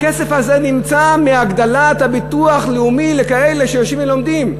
הכסף הזה נמצא מהגדלת הביטוח הלאומי לכאלה שיושבים ולומדים.